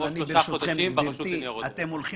או שלושה חודשים ברשות לניירות